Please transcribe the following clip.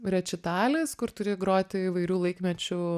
rečitalis kur turi groti įvairių laikmečių